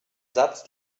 satz